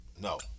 No